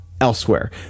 elsewhere